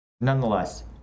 nonetheless